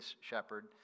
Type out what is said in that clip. shepherd